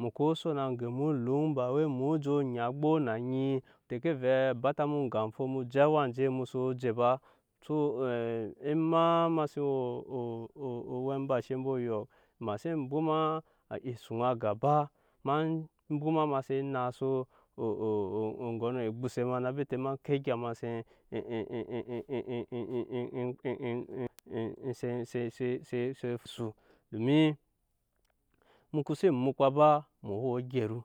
Mu koo son aŋge mu lɔŋ ba wai muo je nyi abok na anyi tɛke vɛɛ a bɔta u oga fo mu je awa mu soo je ba so ema ma se we owɛ bashɛ ambe oyɔk ma xsen bwoma esuŋa aga ba ema en bwoma ma seen naase ogɔnɔ ogbose ma na bete ma ko egya ma seen domin mu soko si mukpa ba emu woo we ogyɛru